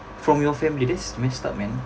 from your family that's messed up man